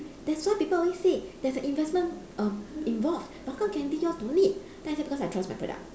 that's why people always say there's an investment erm involved but how come candy yours don't need then I say it's because I trust my product